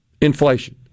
inflation